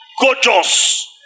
gorgeous